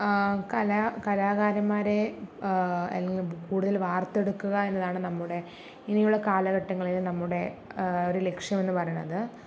കലാ കലാകാരന്മാരെ അല്ലെങ്കി കൂടുതല് വാർത്തെടുക്കുക എന്നതാണ് നമ്മുടെ ഇനിയുള്ള കാലഘട്ടങ്ങളിൽ നമ്മുടെ ഒരു ലക്ഷ്യം എന്ന് പറയണത്